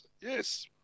Yes